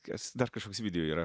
kas dar kažkoks video yra